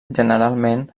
generalment